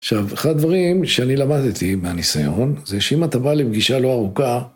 עכשיו, אחד הדברים שאני למדתי מהניסיון, זה שאם אתה בא לפגישה לא ארוכה,